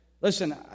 listen